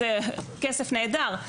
זה כסף נהדר.